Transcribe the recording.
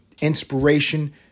Inspiration